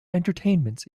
entertainments